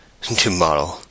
Tomorrow